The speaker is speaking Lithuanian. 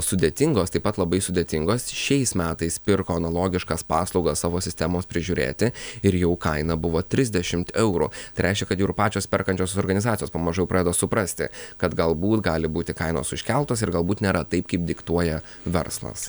sudėtingos taip pat labai sudėtingos šiais metais pirko analogiškas paslaugas savo sistemos prižiūrėti ir jau kaina buvo trisdešimt eurų tai reiškia kad jau ir pačios perkančiosios organizacijos pamažu jau pradeda suprasti kad galbūt gali būti kainos užkeltos ir galbūt nėra taip kaip diktuoja verslas